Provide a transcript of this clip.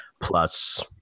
plus